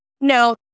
No